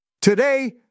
Today